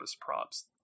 props